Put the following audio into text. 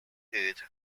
earth